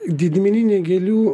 didmeninė gėlių